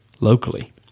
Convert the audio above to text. locally